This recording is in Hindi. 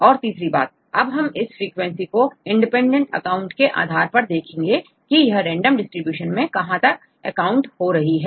अब तीसरी बात अब हम इस फ्रीक्वेंसी को इंडिपेंडेंट अकाउंट के आधार पर देखेंगे कि यह रैंडम डिस्ट्रीब्यूशन में कहां तक अकाउंट हो रही है